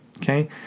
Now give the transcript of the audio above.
Okay